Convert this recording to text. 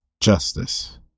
justice